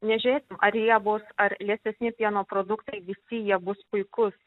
nežiūrėsim ar riebūs ar liesesni pieno produktai visi jie bus puikus